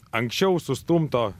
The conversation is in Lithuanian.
anksčiau sustumto